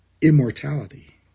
immortality